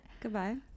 Goodbye